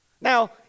Now